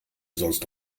sonst